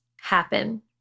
happen